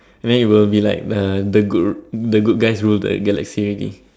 then it will be like the the good the good the good guys rule the Galaxy already